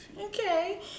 Okay